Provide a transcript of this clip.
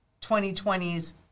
2020's